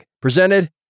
presented